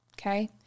okay